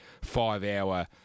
five-hour